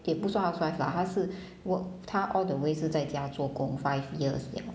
也不算 housewife lah 她是 work 她 all the way 是在家做工 five years liao